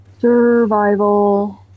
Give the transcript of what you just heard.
survival